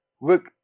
look